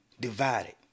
divided